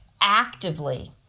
actively